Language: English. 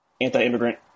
anti-immigrant